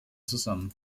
zusammen